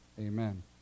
Amen